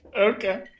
Okay